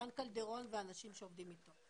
רן קלדרון ואנשים שעובדים איתו.